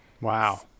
wow